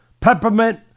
Peppermint